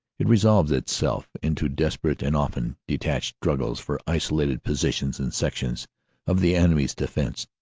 it resolved it self into desperate and often detached struggles for isolated positions and sections of the enemy's defense.